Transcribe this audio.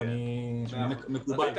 מקובל.